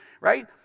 right